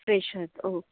fresh आहेत ओ